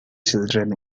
children